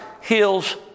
heals